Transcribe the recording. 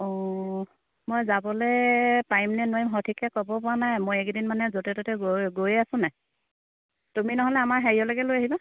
অঁ মই যাবলৈ পাৰিমনে নোৱাৰিম সঠিককৈ ক'বপৰা নাই মই এইকেইদিন মানে য'তে ত'তে গৈ গৈয়ে আছোঁ নাই তুমি নহ'লে আমাৰ হেৰিয়লৈকে লৈ আহিবা